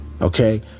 Okay